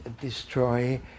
destroy